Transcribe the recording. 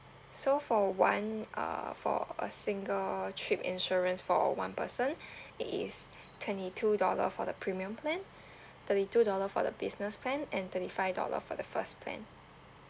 so for one uh for a single trip insurance for one person it is twenty two dollar for the premium plan thirty two dollar for the business plan and thirty five dollar for the first plan